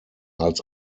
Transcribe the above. als